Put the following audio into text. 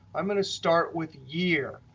i'm going to start with year.